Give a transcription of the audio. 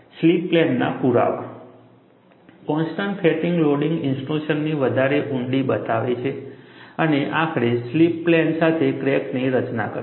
slip પ્લેનના પુરાવા constant fatigue loading ઇન્ટ્રુશનને વધારે ઊંડી બનાવે છે અને આખરે સ્લિપ પ્લેન સાથે ક્રેકની રચના કરે છે